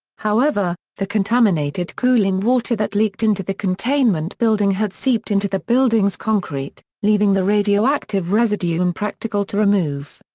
however, the contaminated cooling water that leaked into the containment building had seeped into the building's concrete, leaving the radioactive residue impractical to remove.